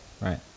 Right